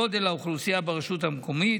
גודל האוכלוסייה ברשות המקומית,